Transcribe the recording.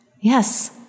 Yes